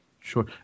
Sure